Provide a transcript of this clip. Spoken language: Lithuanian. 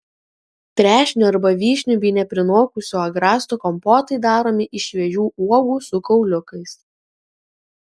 trešnių arba vyšnių bei neprinokusių agrastų kompotai daromi iš šviežių uogų su kauliukais